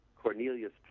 Cornelius